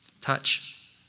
Touch